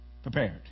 Prepared